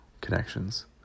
connections